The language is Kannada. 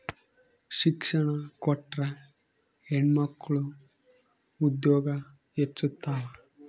ಶಿಕ್ಷಣ ಕೊಟ್ರ ಹೆಣ್ಮಕ್ಳು ಉದ್ಯೋಗ ಹೆಚ್ಚುತಾವ